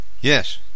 Yes